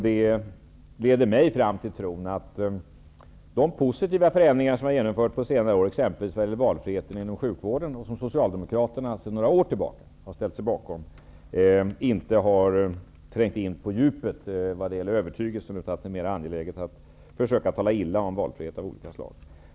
Det leder mig fram till tron att de positiva förändringar som har genomförts under senare år, exempelvis i fråga om valfriheten inom sjukvården och som Socialdemokraterna sedan några år tillbaka har ställt sig bakom, inte har trängt in på djupet när det gäller övertygelsen, utan att det är mer angeläget att försöka tala illa om valfrihet av olika slag.